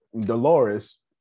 Dolores